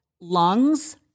lungs